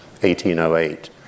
1808